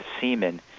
semen